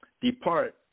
Depart